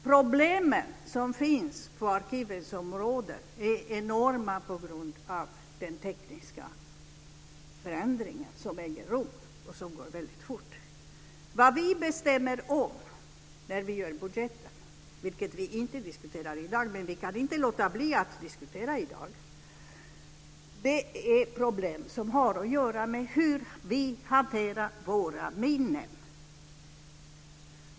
Problemen på arkiveringsområdet är enorma på grund av den tekniska förändring som äger rum och som går väldigt fort. Vad vi beslutar om när vi gör budgeten - som vi inte diskuterar i dag men som vi ändå inte kan låta bli att diskutera - är problem som har att göra med hur vi hanterar våra minnen.